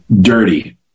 dirty